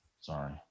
Sorry